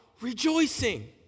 Rejoicing